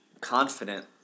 confident